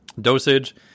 dosage